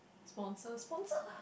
sponsor sponsor lah